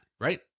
right